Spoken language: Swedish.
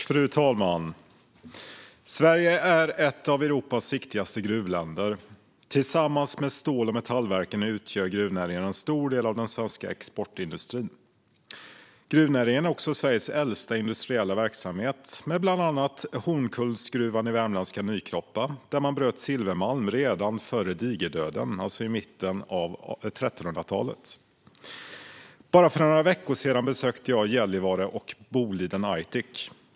Fru talman! Sverige är ett av Europas viktigaste gruvländer. Tillsammans med stål och metallverken utgör gruvnäringen en stor del av den svenska exportindustrin. Gruvnäringen är också Sveriges äldsta industriella verksamhet. I Hornkullens silvergruva i värmländska Nykroppa bröt man silvermalm redan före digerdöden, alltså i mitten av 1300-talet. För bara några veckor sedan besökte jag Gällivare och Boliden Aitik.